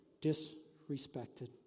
disrespected